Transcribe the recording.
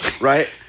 right